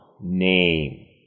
name